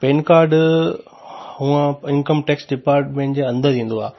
pen card हुंअ income tax department जे अंदरि ईंदो आहे